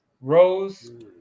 Rose